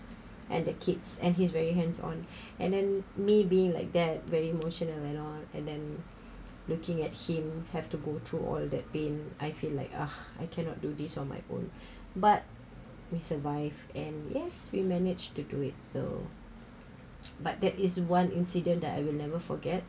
and the kids and he's very hands on and then maybe like that very emotional and all and then looking at him have to go through all that pain I feel like ah I cannot do this on my own but we survive and yes we managed to do it so but that is one incident that I will never forget